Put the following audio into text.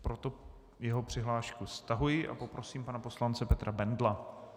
Proto jeho přihlášku stahuji a poprosím pana poslance Petra Bendla.